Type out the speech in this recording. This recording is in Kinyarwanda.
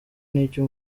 nicyo